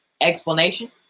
explanation